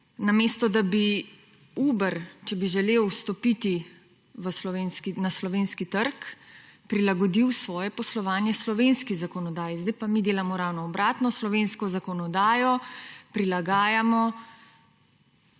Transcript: Namesto da bi Uber, če bi želel vstopiti na slovenski trg prilagodil svoje poslovanje slovenski zakonodaji. Sedaj pa mi delamo ravno obratno. Slovensko zakonodajo prilagajamo